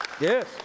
Yes